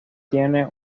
tiene